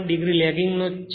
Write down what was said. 87 degree lagging છે